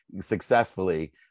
successfully